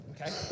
Okay